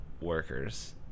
workers